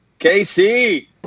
KC